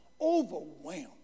overwhelmed